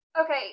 okay